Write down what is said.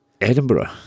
Edinburgh